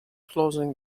closing